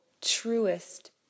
truest